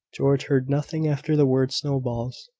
george heard nothing after the word snowballs.